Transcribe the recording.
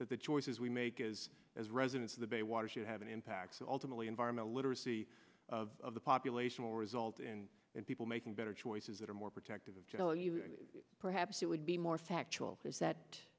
that the choices we make is as residents of the bay water should have an impact so ultimately environmental literacy of the population will result in people making better choices that are more protective perhaps it would be more factual is that